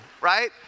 right